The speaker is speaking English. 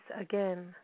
again